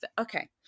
okay